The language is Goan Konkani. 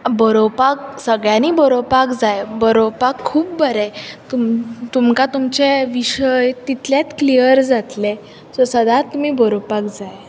बरोवपाक सगळ्यांनी बरोवपाक जाय बरोवपाक खूब बरें तुमकां तुमचे विशय तितलेत क्लियर जातले सो सदांत तुमी बरोवपाक जाय